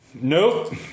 Nope